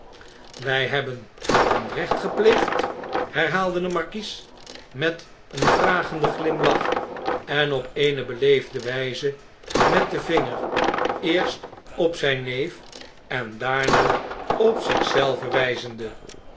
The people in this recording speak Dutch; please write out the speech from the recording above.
wij hebben onrecht gepleegd herhaalde de markies met een vragenden glimlach en op eene beleefde wjjze met den vinger eerst op zn'n neef en daarna op zich zelven wn'zende